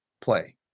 play